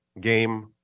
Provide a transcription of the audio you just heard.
game